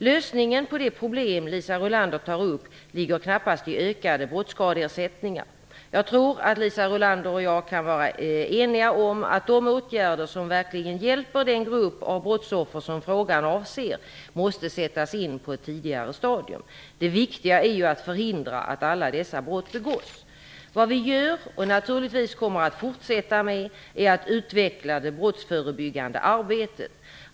Lösningen på det problem Liisa Rulander tar upp ligger knappast i ökade brottsskadeersättningar. Jag tror att Liisa Rulander och jag kan vara eniga om att de åtgärder som verkligen hjälper den grupp av brottsoffer som frågan avser måste sättas in på ett tidigare stadium. Det viktiga är ju att förhindra att alla dessa brott begås. Vad vi gör, och naturligtvis kommer att fortsätta med, är att utveckla det brottsförebyggande arbetet.